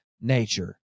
nature